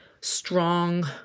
strong